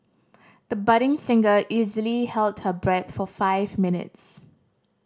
the budding singer easily held her breath for five minutes